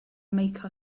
make